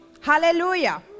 Hallelujah